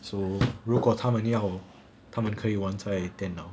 so 如果他们要他们可以玩在电脑